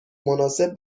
مناسب